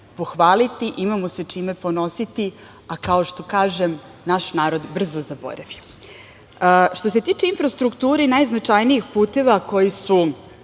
pohvaliti, imamo se čime ponositi, a kao što kažem naš narod brzo zaboravi. Što se tiče infrastrukture i najznačajnijih puteva koji su